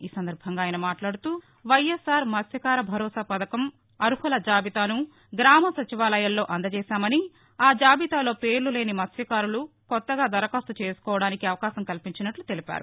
ఈ సందర్భంగా ఆయన మాట్లాడుతూ వైఎస్ఆర్ మత్స్టకార భరోసా పథకం అర్హుల జాబితాలను గ్రామ సచివాలయాల్లో అందజేశామని ఆ జాబితాలో పేర్లు లేని మత్స్యకారులు కొత్తగా దరఖాస్తు చేసుకోవడానికి అవకాశం కల్పించినట్లు తెలిపారు